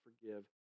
forgive